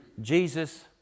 jesus